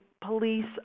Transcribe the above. police